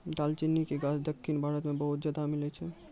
दालचीनी के गाछ दक्खिन भारत मे बहुते ज्यादा मिलै छै